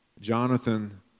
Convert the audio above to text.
Jonathan